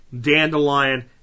dandelion